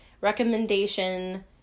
recommendation